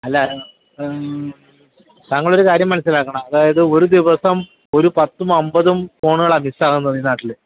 അല്ല താങ്കളൊരു കാര്യം മനസ്സിലാക്കണം അതായത് ഒരു ദിവസം ഒരു പത്ത് അൻപത് ഫോണുകളാണ് മിസ്സാക്ന്നതീ നാട്ടിൽ